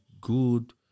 good